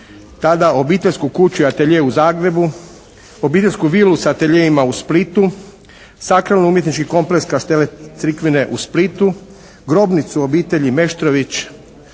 tada obiteljsku kuću i atelje u Zagrebu, obiteljsku vilu sa ateljeima u Splitu, sakralno-umjetnički kompleks Kaštelet-crikvine u Splitu, grobnicu obitelji Meštrović